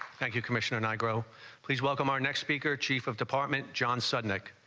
thank you, commissioner. nigro please welcome our next speaker, chief of department john sudden act.